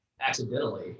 accidentally